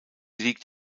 liegt